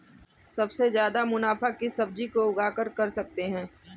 सबसे ज्यादा मुनाफा किस सब्जी को उगाकर कर सकते हैं?